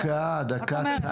יש